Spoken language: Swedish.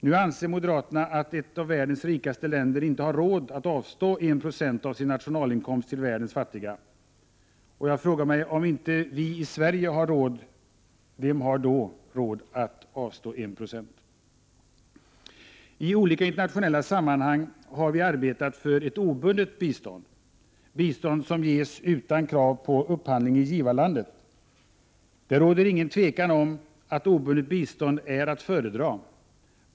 Nu anser moderaterna att ett av världens rikaste länder inte har råd att avstå 1 96 av sin nationalinkomst till världens fattiga. Jag frågar: Om vi i Sverige inte har råd, vem skulle då ha råd att avstå 1 96? I olika internationella sammanhang har vi arbetat för ett obundet bistånd, bistånd som ges utan krav på upphandling i givarlandet. Det råder inget tvivel om att obundet bistånd är att föredra.